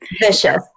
Vicious